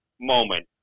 moment